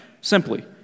simply